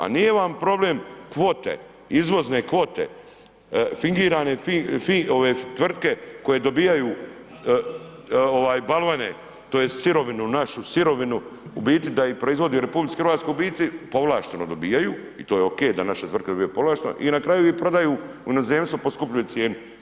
A nije vam problem kvote, izvozne kvote, fingirane tvrtke koje dobivaju balvane tj. sirovinu našu sirovinu u biti da ih proizvodi u RH u biti povlašteno dobivaju, i to je ok da naše tvrtke dobivaju povlašteno i na kraju ih prodaju u inozemstvo po skupljoj cijeni.